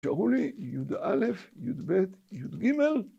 ‫נשארו לי, י"א, י"ב, י"ג.